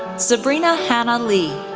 sabrina hannah lee,